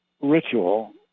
ritual